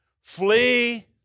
Flee